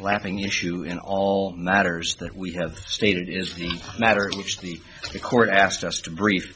lapping issue in all matters that we have stated is the matter which the court asked us to brief